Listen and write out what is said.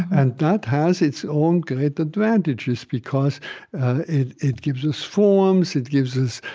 and that has its own great advantages, because it it gives us forms. it gives us